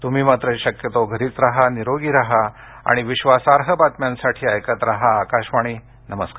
तुम्ही मात्र शक्यतो घरीच राहा निरोगी राहा आणि विश्वासार्ह बातम्यांसाठी ऐकत राहा आकाशवाणी नमस्कार